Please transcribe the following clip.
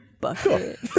Bucket